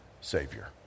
savior